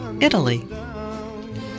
Italy